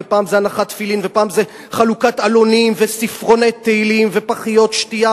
פעם זה הנחת תפילין ופעם זה חלוקת עלונים וספרוני תהילים ופחיות שתייה,